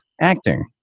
acting